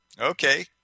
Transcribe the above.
Okay